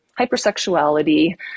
hypersexuality